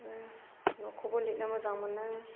बिदिनो न'खौबो लिरनो मोजां मोनो